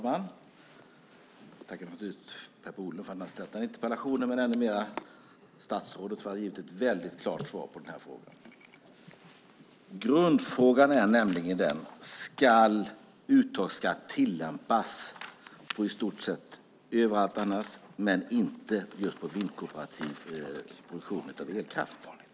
Herr talman! Jag tackar Per Bolund för att han har ställt interpellationen men ännu mer statsrådet för att han har gett ett klart svar på frågan. Grundfrågan är om uttagsskatt ska tillämpas i stort sett överallt annars men inte på kooperativ vindkraft.